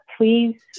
please